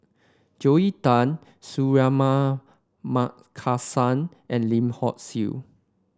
Joel Tan Suratman Markasan and Lim Hock Siew